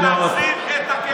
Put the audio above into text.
תחזיר את הכסף.